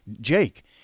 jake